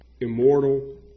immortal